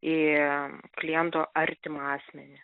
į kliento artimą asmenį